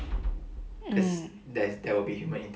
mm